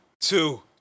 two